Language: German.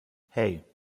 hei